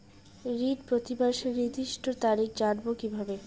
ঋণ প্রতিমাসের নির্দিষ্ট তারিখ জানবো কিভাবে?